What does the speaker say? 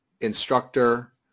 instructor